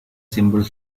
simple